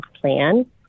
plan